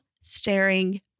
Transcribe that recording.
staring